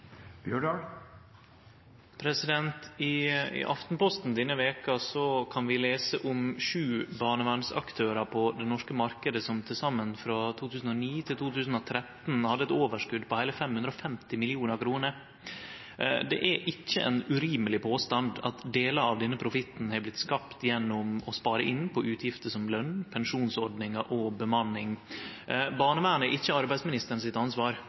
I Aftenposten denne veka kan vi lese om sju barnevernsaktørar på den norske marknaden som til saman frå 2009 til 2013 hadde eit overskot på heile 550 mill. kr. Det er ikkje ein urimeleg påstand at delar av denne profitten har vorte skapt gjennom å spare inn på utgifter som løn, pensjonsordningar og bemanning. Barnevernet er ikkje arbeidsministeren sitt ansvar,